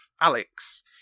Alex